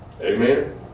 Amen